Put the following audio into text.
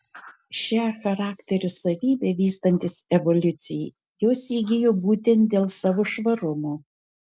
šią charakterio savybę vystantis evoliucijai jos įgijo būtent dėl savo švarumo